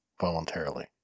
voluntarily